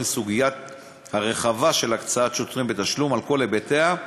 בסוגיה הרחבה של הקצאת שוטרים בתשלום על כלל היבטיה,